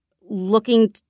looking